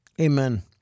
Amen